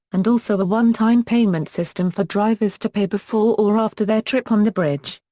and also a one time payment system for drivers to pay before or after their trip on the bridge.